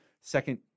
second